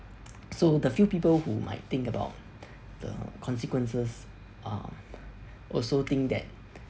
so the few people who might think about the consequences um also think that